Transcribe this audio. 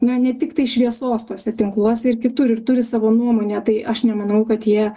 na ne tiktai šviesos tuose tinkluose ir kitur ir turi savo nuomonę tai aš nemanau kad jie